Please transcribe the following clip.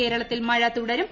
കേരളത്തിൽ മഴ തുടരും